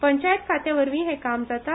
पंचायत खात्या वरवीं हें काम जाता